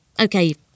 Okay